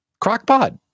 Crock-Pot